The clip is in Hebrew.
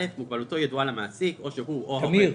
או מוגבלות ילדו עליו הוא משגיח, לפי העניין,